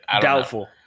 Doubtful